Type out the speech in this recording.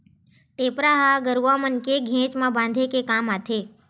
टेपरा ह गरुवा मन के घेंच म बांधे के काम आथे